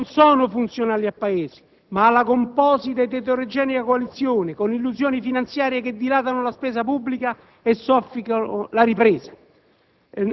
non sono funzionali al Paese ma alla composita ed eterogenea coalizione con illusioni finanziarie che dilatano la spesa pubblica e soffocano la ripresa.